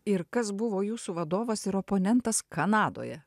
ir kas buvo jūsų vadovas ir oponentas kanadoje